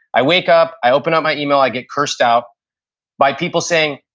i wake up, i open up my email, i get cursed out by people saying,